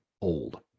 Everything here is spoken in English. old